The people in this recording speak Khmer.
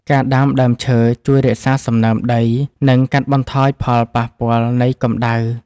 ការដាំដើមឈើជួយរក្សាសំណើមដី និងកាត់បន្ថយផលប៉ះពាល់នៃកំដៅ។